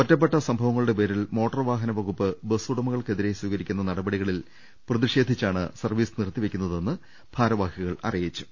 ഒറ്റപ്പെട്ട സംഭ വങ്ങളുടെ പേരിൽ മോട്ടോർ വാഹന വകുപ്പ് ബസ്സുടമ കൾക്കെതിരെ സ്വീകരിക്കുന്ന നടപടികളിൽ പ്രതിഷേധിച്ചാണ് സർവ്വീസ് നിർത്തിവെക്കുന്നതെന്ന് ഭാരവാഹികൾ അറിയി ച്ചു